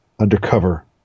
undercover